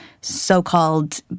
so-called